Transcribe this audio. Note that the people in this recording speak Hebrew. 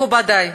מכובדי,